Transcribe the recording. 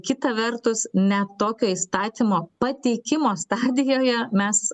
kita vertus net tokio įstatymo pateikimo stadijoje mes